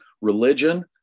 religion